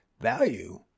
value